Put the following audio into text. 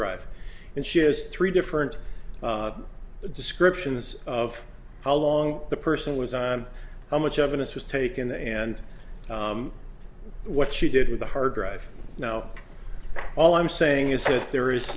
drive and she has three different descriptions of how long the person was on how much evidence was taken and what she did with the hard drive now all i'm saying is that there is